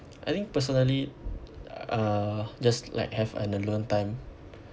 I think personally uh just like have an alone time